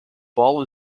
ball